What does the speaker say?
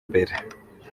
mbere